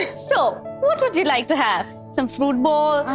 ah so, what would you like to have? some fruit bowl,